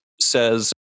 says